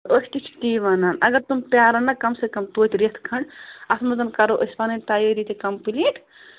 أسۍ تہِ چھِ تی وَنان اگر تِم پرٛارَن نا کم سے کم رٮ۪تھ کھَنٛڈ اتھ مَنٛز کرو أسۍ پنٕنۍ تیٲری تہِ کَمپلیٖٹ